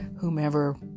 whomever